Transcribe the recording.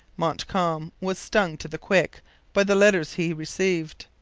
montcalm was stung to the quick by the letters he received.